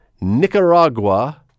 Nicaragua